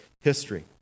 history